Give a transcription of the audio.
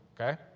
okay